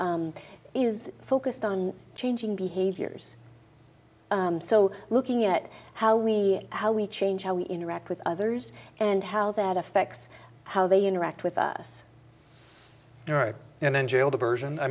is focused on changing behaviors so looking at how we how we change how we interact with others and how that affects how they interact with us all right and